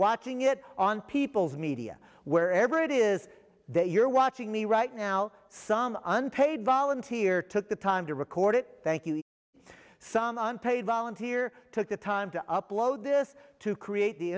watching it on people's media wherever it is that you're watching me right now some unpaid volunteer took the time to record it thank you some unpaid volunteer took the time to upload this to create the